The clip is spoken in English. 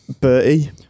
Bertie